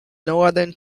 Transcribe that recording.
northern